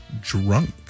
drunk